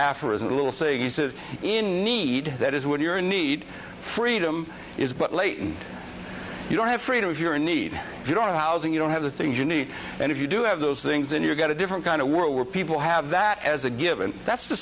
aphorism a little saying he says in need that is when you're in need freedom is but late and you don't have freedom if you're in need you don't housing you don't have the things you need and if you do have those things then you get a different kind of world where people have that as a given that's the